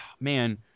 man